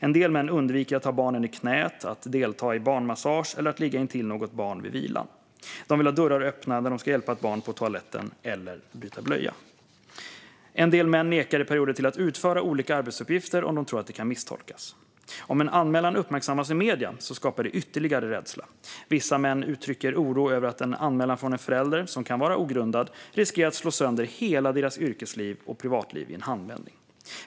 En del män undviker att ha barnen i knät, att delta i barnmassage eller att ligga intill något barn vid vilan. De vill ha dörrar öppna när de ska hjälpa ett barn på toaletten eller byta blöja. En del män nekar i perioder till att utföra olika arbetsuppgifter om de tror att det kan misstolkas. Om en anmälan uppmärksammas i medierna skapar det ytterligare rädsla. Vissa män uttrycker oro över att en anmälan från en förälder, som kan vara ogrundad, riskerar att slå sönder hela deras yrkesliv och privatliv i en handvändning.